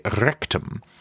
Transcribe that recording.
rectum